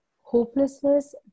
Hopelessness